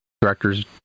director's